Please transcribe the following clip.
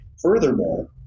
Furthermore